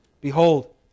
Behold